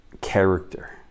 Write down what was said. character